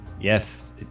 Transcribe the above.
Yes